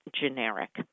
generic